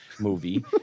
movie